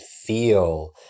feel